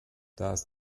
das